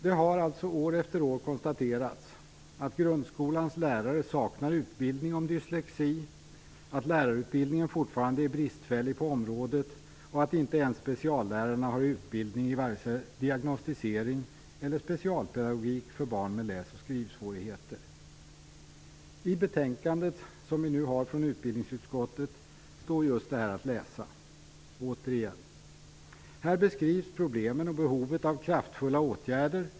Det har år efter år konstaterats att grundskolans lärare saknar utbildning om dyslexi, att lärarutbildningen fortfarande är bristfällig på området och att inte ens speciallärarna har utbildning, vare sig när det gäller diagnostisering av eller specialpedagogik för barn med läs och skrivsvårigheter. I utbildningsutskottets betänkande står återigen just detta att läsa. Här beskrivs problemen och behovet av kraftfulla åtgärder.